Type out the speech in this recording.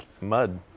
mud